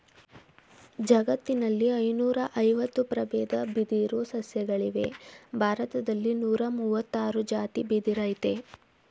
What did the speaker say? ಜಗತ್ತಿನಲ್ಲಿ ಐನೂರಐವತ್ತು ಪ್ರಬೇದ ಬಿದಿರು ಸಸ್ಯಗಳಿವೆ ಭಾರತ್ದಲ್ಲಿ ನೂರಮುವತ್ತಾರ್ ಜಾತಿ ಬಿದಿರಯ್ತೆ